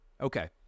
Okay